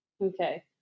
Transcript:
Okay